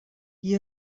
qui